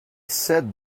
said